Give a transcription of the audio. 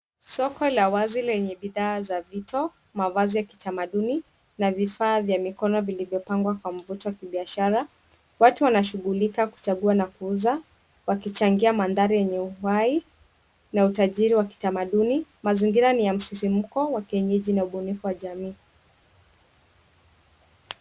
Soko la wazi lenye bidhaa za vito, mavazi ya kitamanduni na vifaa vya mikono vilivyopangwa Kwa mvuto wa kibiashara. Watu wanashungulika kuchagua na kuuza. Wakichangia mandhari yenye uhai na utajiri wa kitamanduni. Mazingira ni ya msisimko wa kienyeji na ubunifu wa jamii.